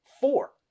Four